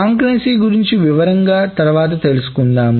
concurrency గురించి వివరంగా తర్వాత తెలుసుకుందాం